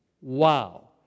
Wow